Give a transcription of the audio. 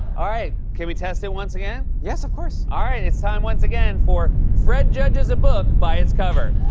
all right. can we test it once again? yes, of course. all right. it's time once again for fred judges a book by its cover.